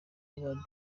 aba